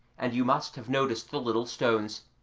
and you must have noticed the little stones,